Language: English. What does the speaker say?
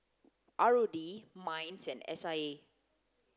R O D MINDS and S I A